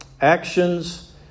actions